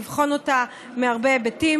לבחון אותה מהרבה היבטים,